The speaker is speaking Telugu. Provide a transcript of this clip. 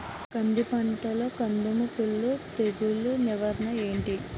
కంది పంటలో కందము కుల్లు తెగులు నివారణ ఏంటి?